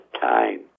time